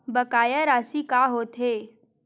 बकाया राशि का होथे?